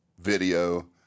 video